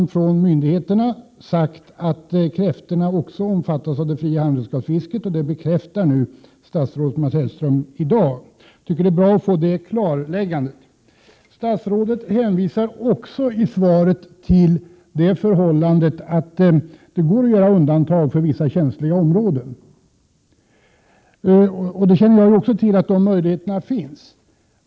Från myndigheterna har det då framhållits att kräftorna också omfattas av det fria handredskapsfisket, och det bekräftar nu statsrådet Mats Hellström i dag. Jag tycker att det är bra att få det klarläggandet. Statsrådet hänvisar också i svaret till att det går att göra undantag för vissa känsliga områden. Jag vet att de möjligheterna finns.